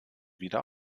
wieder